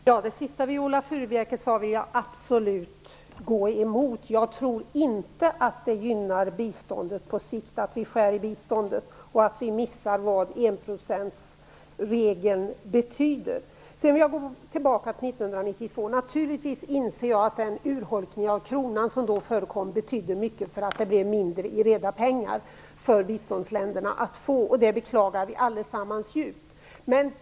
Herr talman! Det som Viola Furubjelke avslutade med vill jag absolut gå emot. Jag tror inte att det gynnar biståndet på sikt att vi skär i det och att vi överger enprocentsmålet. Sedan vill jag gå tillbaka till 1992. Naturligtvis inser jag att den urholkning av kronan som då skedde betydde mycket för att biståndsländerna fick mindre i reda pengar. Det beklagar vi allesammans djupt.